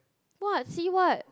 what see what